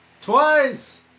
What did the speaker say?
Twice